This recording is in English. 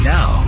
Now